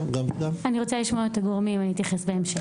אני רוצה לשמוע את הגורמים, אז בהמשך.